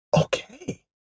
okay